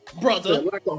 Brother